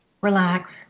Relax